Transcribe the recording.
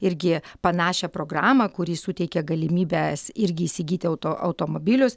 irgi panašią programą kuri suteikia galimybes irgi įsigyti auto automobilius